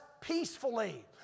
peacefully